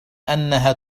أنها